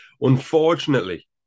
Unfortunately